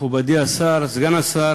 מכובדי סגן השר,